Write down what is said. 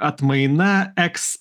atmaina eks